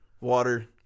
water